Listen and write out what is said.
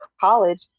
college